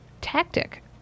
tactic